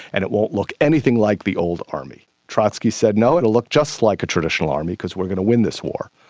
and it won't look anything like the old army. trotsky said, no, it will look just like a traditional army because we are going to win this war.